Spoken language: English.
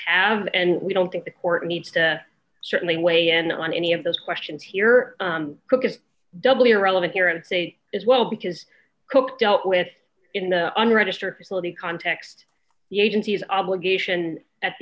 have and we don't think the court needs to certainly weigh in on any of those questions here cook is doubly irrelevant here and say as well because cook dealt with in the unregistered facility context the agencies obligation at